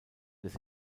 des